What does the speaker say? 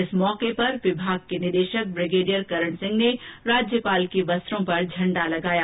इस अवसर पर विभाग के निदेशक ब्रिगेडयर करण सिंह ने राज्यपाल के वस्त्रों पर झण्डा लगाया